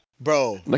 Bro